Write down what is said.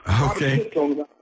Okay